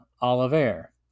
Oliver